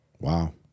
Wow